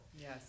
Yes